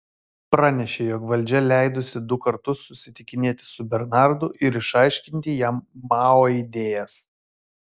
pranešė jog valdžia leidusi du kartus susitikinėti su bernardu ir išaiškinti jam mao idėjas